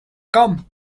come